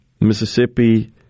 Mississippi